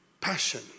passion